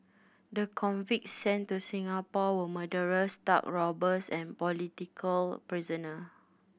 the convicts sent to Singapore were murderers thug robbers and political prisoner